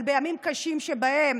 אבל בימים קשים שבהם